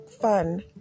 fun